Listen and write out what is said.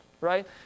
right